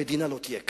המדינה לא תהיה כאן.